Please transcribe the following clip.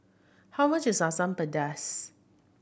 how much is Asam Pedas